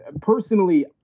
personally